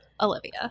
Olivia